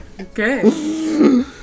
Okay